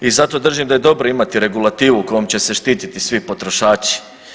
I zato držim da je dobro imati regulativu kojom će se štititi svi potrošači.